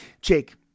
Jake